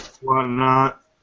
whatnot